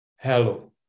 Hello